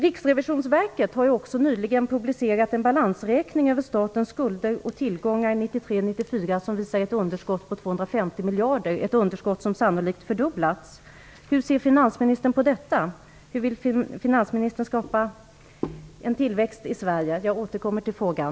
Riksrevisionsverket har nyligen publicerat en balansräkning över statens skulder och tillgångar 1993/94 som visar ett underskott på 250 miljarder - ett underskott som sannolikt fördubblats. Hur ser finansministern på detta? Hur vill finansministern skapa tillväxt i Sverige? Jag återkommer till frågan.